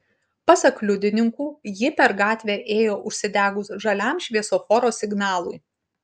pasak liudininkų ji per gatvę ėjo užsidegus žaliam šviesoforo signalui